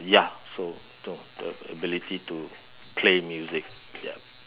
ya so the ability to play music yup